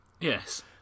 Yes